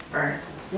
First